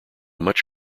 much